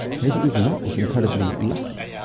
maybe even that was incredibly lucky.